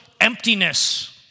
emptiness